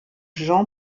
jean